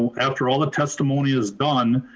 um after all the testimony is done,